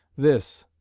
this,